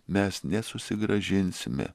mes nesusigrąžinsime